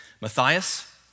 Matthias